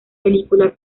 película